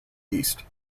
east